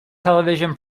television